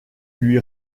lui